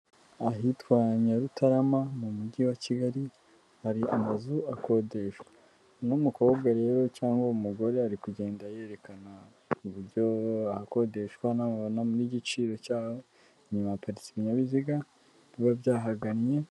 Ahitwa Nyarutarama mu mujyi wa Kigali hari amazu akodeshwa, uno mukobwa rero cyangwa umugore ari kugenda yerekana uburyo ahakodeshwa n'igiciro cyaho, inyuma haparitse ibinyabiziga biba byahagannye.